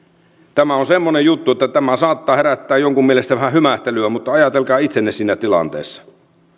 tämä on semmoinen juttu että tämä saattaa herättää jonkun mielessä vähän hymähtelyä mutta ajatelkaa itseänne siinä tilanteessa